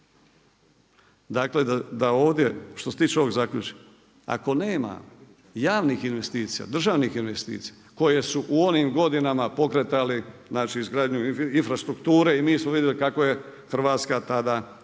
Dakle da ovdje, što se tiče ovog zaključim. Ako nema javnih investicija, državnih investicija koje su u onim godinama pokretali znači izgradnju infrastrukture i mi smo vidjeli kako je Hrvatska tada